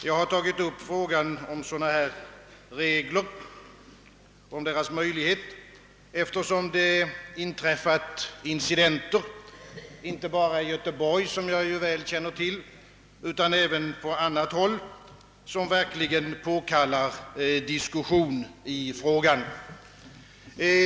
Jag har tagit upp frågan om möjligheten att införa sådana regler, eftersom det inträffat incidenter inte bara i Göteborg — som jag ju känner väl till — utan även på annat håll, incidenter som gör att en diskussion är påkallad.